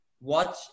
watch